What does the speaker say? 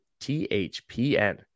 THPN